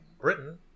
Britain